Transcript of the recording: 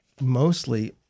mostly